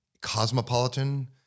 cosmopolitan